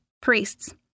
priests